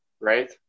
right